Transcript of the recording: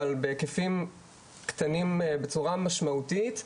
אבל בהיקפים קטנים בצורה משמעותית.